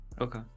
Okay